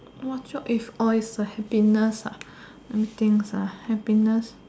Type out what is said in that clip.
what job is all is a happiness ah let me think ah happiness